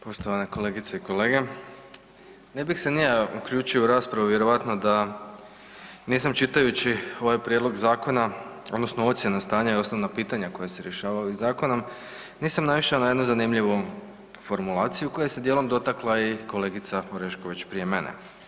Poštovane kolegice i kolege, ne bih se ni ja uključio u raspravu vjerojatno da nisam čitajući ovaj prijedlog zakona, odnosno ocjena stanja i osnovna pitanja koja se rješavaju ovim zakonom nisam naišao na jednu zanimljivu formulaciju koja se dijelom dotakla i kolegica Orešković prije mene.